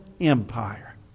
Empire